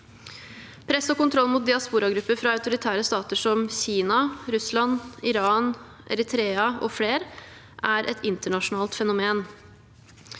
Press og kontroll mot diasporagrupper fra autoritære stater som Kina, Russland, Iran, Eritrea med flere er et internasjonalt fenomen.